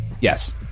Yes